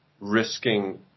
risking